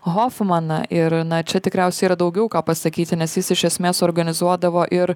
hofmaną ir na čia tikriausiai yra daugiau ką pasakyti nes jis iš esmės organizuodavo ir